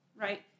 right